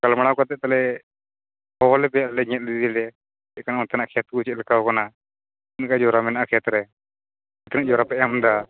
ᱜᱟᱞᱢᱟᱨᱟᱣ ᱠᱟᱛᱮ ᱛᱟᱦᱚᱞᱮ ᱦᱚᱦᱚᱣᱟᱞᱮ ᱧᱮᱞ ᱤᱫᱤᱭᱟᱞᱮ ᱪᱮᱫᱠᱟᱱᱟᱜ ᱱᱚᱛᱮᱱᱟᱜ ᱠᱷᱮᱛ ᱠᱚ ᱪᱮᱫᱠᱟ ᱟᱠᱟᱱᱟ ᱱᱤᱝᱠᱟᱹ ᱡᱚᱨᱟ ᱢᱮᱱᱟᱜ ᱠᱷᱮᱛᱨᱮ ᱛᱤᱱ ᱡᱚᱨᱟᱯᱮ ᱮᱢᱫᱟ